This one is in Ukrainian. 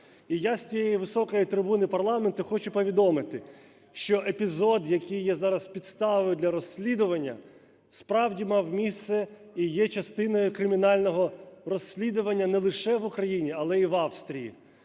І я з цієї високої трибуни парламенту хочу повідомити, що епізод, який є зараз підставою для розслідування, справді мав місце і є частиною кримінально розслідування не лише в Україні, але і в Австрії.